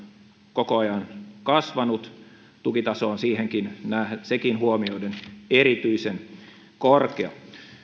koko ajan kasvanut ja tukitaso on sekin huomioiden erityisen korkea